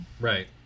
right